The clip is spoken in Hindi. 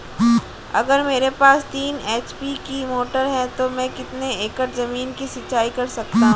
अगर मेरे पास तीन एच.पी की मोटर है तो मैं कितने एकड़ ज़मीन की सिंचाई कर सकता हूँ?